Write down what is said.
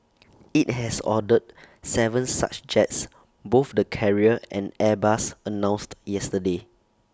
IT has ordered Seven such jets both the carrier and airbus announced yesterday